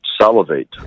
salivate